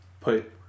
put